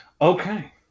Okay